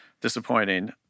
disappointing